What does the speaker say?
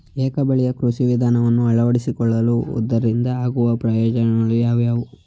ಏಕ ಬೆಳೆಯ ಕೃಷಿ ವಿಧಾನವನ್ನು ಅಳವಡಿಸಿಕೊಳ್ಳುವುದರಿಂದ ಆಗುವ ಪ್ರಯೋಜನಗಳು ಯಾವುವು?